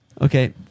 Okay